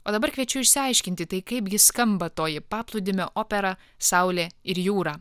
o dabar kviečiu išsiaiškinti tai kaipgi skamba toji paplūdimio opera saulė ir jūra